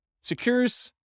secures